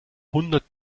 hundert